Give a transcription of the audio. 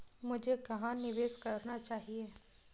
मुझे कहां निवेश करना चाहिए?